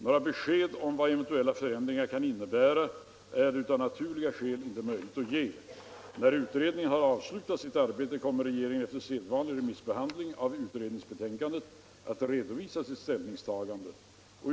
Några besked om vad eventuella förändringar kan innebära är det av naturliga skäl inte möjligt att ge. När utredningen har avslutat sitt arbete kommer regeringen, efter sedvanlig remissbehandling av utredningsbetänkandet, att redovisa sitt ställningstagande.